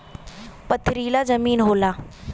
पथरीला जमीन होला